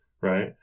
right